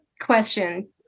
Question